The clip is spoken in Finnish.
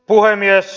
puhemies